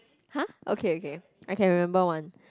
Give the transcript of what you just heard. !huh! okay okay I can remember one